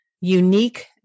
unique